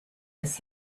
his